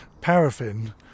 paraffin